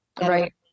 Right